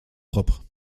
propre